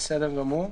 בסדר גמור.